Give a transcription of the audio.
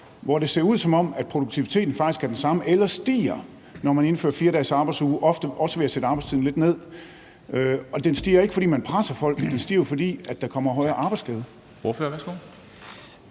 hvor det ser ud, som om produktiviteten faktisk er den samme eller stiger, når man indfører en 4-dagesarbejdsuge – ofte også når man sætter arbejdstiden lidt ned. Og det sker ikke, fordi man presser folk; det sker jo, fordi der kommer højere arbejdsglæde.